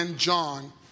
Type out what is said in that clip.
John